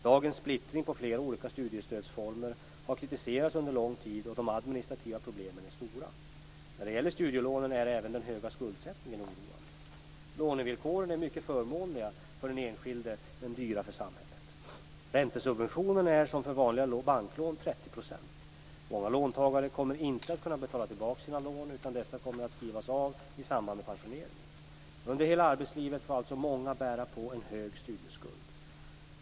Dagens splittring på flera olika studiestödsformer har kritiserats under lång tid, och de administrativa problemen är stora. När det gäller studielånen är även den höga skuldsättningen oroande. Lånevillkoren är mycket förmånliga för den enskilde men dyra för samhället. Räntesubventionen är som för vanliga banklån 30 %. Många låntagare kommer inte att kunna betala tillbaka sina lån utan dessa kommer att skrivas av i samband med pensioneringen. Under hela arbetslivet får alltså många bära på en hög studieskuld.